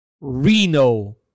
Reno